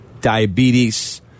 Diabetes